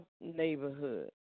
neighborhood